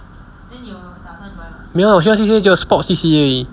没有我学校 C_C_A 只有 sports C_C_A 而已